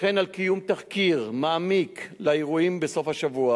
וכן על קיום תחקיר מעמיק על האירועים בסוף השבוע